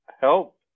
help